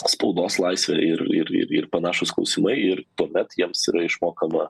spaudos laisvė ir ir ir ir panašūs klausimai ir tuomet jiems yra išmokama